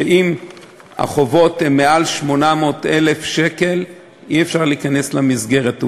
שאם החובות הם מעל 800,000 שקל אי-אפשר להיכנס למסגרת,